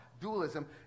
dualism